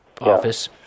office